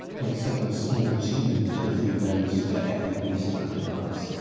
it's taken a small team two or three days to get every piece of that in place,